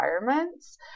environments